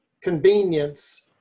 convenience